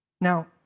Now